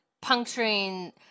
puncturing –